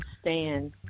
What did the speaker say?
stand